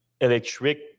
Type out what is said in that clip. electric